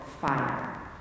fire